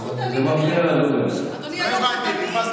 בזכות דנית אני רגועה.